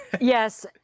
yes